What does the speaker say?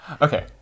Okay